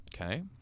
Okay